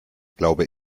glaube